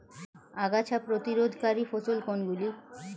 আগাছা প্রতিরোধকারী ফসল কোনগুলি?